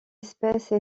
espèce